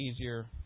easier